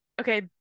Okay